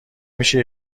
میشه